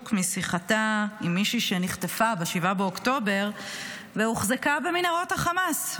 משיחתה עם מישהי שנחטפה ב-7 באוקטובר והוחזקה במנהרות החמאס,